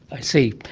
i see.